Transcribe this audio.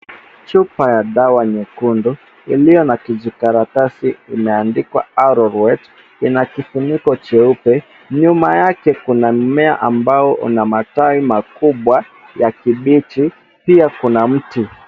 Chupa ya dawa nyekundu iliyo na kijikaratasi imeandikwa Arrorwet ina kifuniko cheupe. Nyuma yake kuna mmea ambao una matawi makubwa ya kibichi. Pia kuna mti.